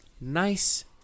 nice